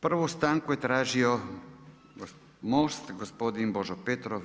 Prvu stanku je tražio MOST, gospodin Božo Petrov.